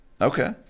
Okay